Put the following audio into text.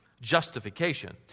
justification